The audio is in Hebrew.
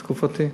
בתקופתי.